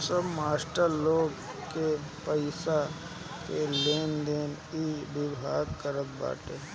सब मास्टर लोग के पईसा के लेनदेन इ विभाग करत बाटे